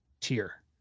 tier